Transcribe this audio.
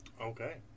Okay